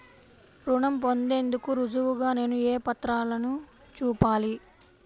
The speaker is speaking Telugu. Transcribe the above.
రుణం పొందేందుకు రుజువుగా నేను ఏ పత్రాలను చూపాలి?